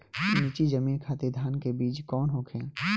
नीची जमीन खातिर धान के बीज कौन होखे?